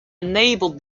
enabled